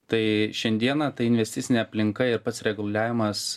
tai šiandieną ta investicinė aplinka ir pats reguliavimas